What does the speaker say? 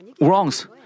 wrongs